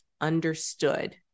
understood